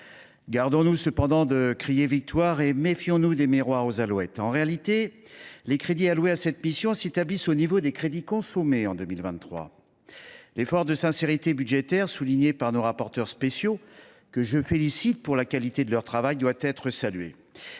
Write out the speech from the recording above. Gardons nous cependant de crier victoire et méfions nous des miroirs aux alouettes. En réalité, les crédits alloués à cette mission s’établissent au niveau des crédits consommés en 2023. L’effort de sincérité budgétaire, souligné par nos rapporteurs spéciaux, que je félicite pour leur travail, doit être salué.